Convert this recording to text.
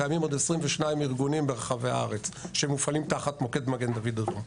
קיימים עוד 22 ארגונים ברחבי הארץ שמופעלים תחת מוקד מגן דוד אדום.